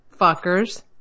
Fuckers